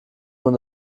man